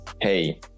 hey